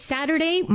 Saturday